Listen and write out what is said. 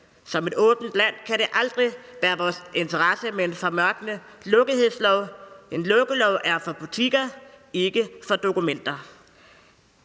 Som et åbent land kan det aldrig være vores interesse med en formørkende lukkethedslov – en lukkelov er for butikker, ikke for dokumenter.